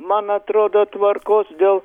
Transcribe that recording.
man atrodo tvarkos dėl